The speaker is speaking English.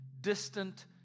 distant